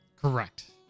Correct